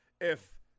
if-